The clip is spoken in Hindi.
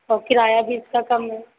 और किराया भी इसका कम है